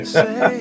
say